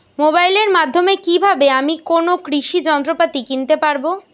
মোবাইলের মাধ্যমে কীভাবে আমি কোনো কৃষি যন্ত্রপাতি কিনতে পারবো?